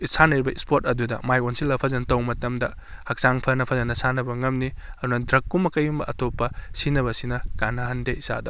ꯁꯥꯟꯅꯔꯤꯕ ꯏꯁꯄꯣꯔꯠ ꯑꯗꯨꯗ ꯃꯥꯏ ꯑꯣꯟꯁꯤꯜꯂꯒ ꯐꯖꯅ ꯇꯧ ꯃꯇꯝꯗ ꯍꯛꯆꯥꯡ ꯐꯅ ꯐꯖꯅ ꯁꯥꯟꯅꯕ ꯉꯝꯅꯤ ꯑꯗꯨꯅ ꯗ꯭ꯔꯛ ꯀꯨꯝꯕ ꯀꯩꯒꯨꯝꯕ ꯑꯇꯣꯞꯄ ꯁꯤꯖꯤꯟꯅꯕꯁꯤꯅ ꯀꯥꯟꯅꯍꯟꯗꯦ ꯏꯁꯥꯗ